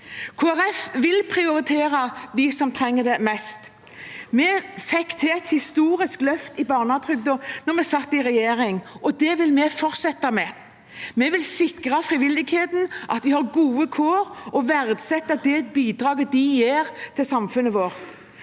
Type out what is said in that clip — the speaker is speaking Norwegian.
vil prioritere dem som trenger det mest. Vi fikk til et historisk løft i barnetrygden da vi satt i regjering, og det vil vi fortsette med. Vi vil sikre frivilligheten, at de har gode kår, og vi verdsetter det bidraget de gjør for samfunnet vårt.